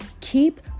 keep